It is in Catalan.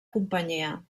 companyia